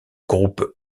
groupe